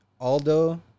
Aldo